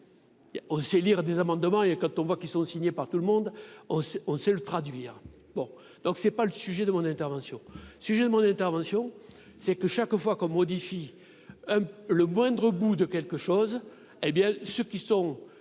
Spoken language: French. on sait lire des amendements et quand on voit qu'ils sont signés par tout le monde on on sait le traduire, bon, donc c'est pas le sujet de mon intervention, sujet de mon intervention, c'est que chaque fois qu'on modifie le moindre bout de quelque chose, hé bien, ceux qui sont